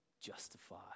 justified